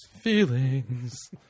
Feelings